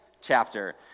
chapter